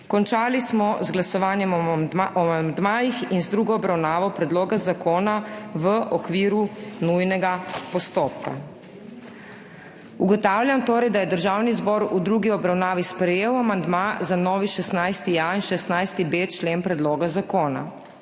Končali smo z glasovanjem o amandmajih in z drugo obravnavo predloga zakona v okviru nujnega postopka. Ugotavljam torej, da je Državni zbor v drugi obravnavi sprejel amandma za novi 16.a in 16.b člen predloga zakona.